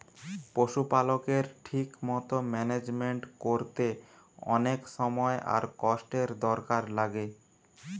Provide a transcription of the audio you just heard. পশুপালকের ঠিক মতো ম্যানেজমেন্ট কোরতে অনেক সময় আর কষ্টের দরকার লাগে